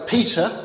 Peter